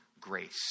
grace